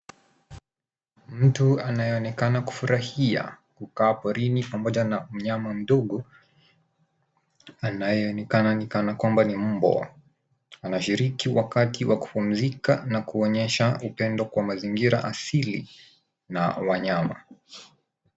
Mtu anayeonekana kufurahia kukaa porini pamoja na mnyama mdogo anayeonekana ni kana kwamba ni mbwa. Anashiriki wakati wa kupumzika na kuonyesha upendo kwa mazingira asili na wanyama.